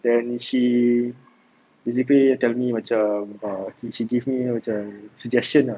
then she basically tell me macam err she give me macam suggestions